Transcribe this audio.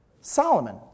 Solomon